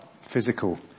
physical